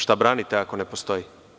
Šta branite ako ne postoji?